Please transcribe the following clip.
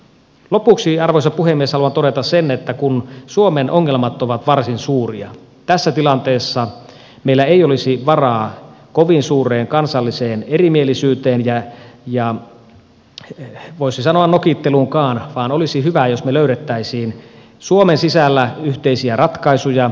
lopuksi arvoisa puhemies haluan todeta sen että kun suomen ongelmat ovat varsin suuria tässä tilanteessa meillä ei olisi varaa kovin suureen kansalliseen erimielisyyteen ja voisi sanoa nokitteluunkaan vaan olisi hyvä jos me löytäisimme suomen sisällä yhteisiä ratkaisuja